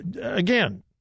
again